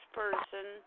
person